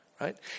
right